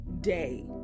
day